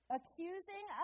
accusing